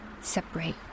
separate